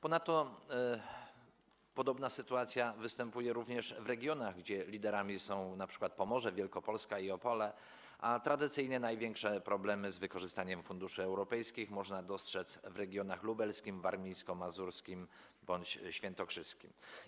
Ponadto podobna sytuacja występuje również w regionach, liderami są np. Pomorze, Wielkopolska i Opole, a tradycyjnie największe problemy z wykorzystaniem funduszy europejskich można dostrzec w regionach lubelskim, warmińsko-mazurskim bądź świętokrzyskim.